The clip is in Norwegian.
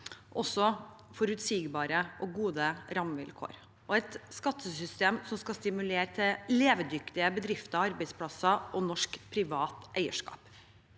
forutsigbare og gode rammevilkår og et skattesystem som skal stimulere til levedyktige bedrifter, arbeidsplasser og norsk privat eierskap.